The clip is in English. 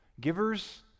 Givers